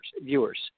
viewers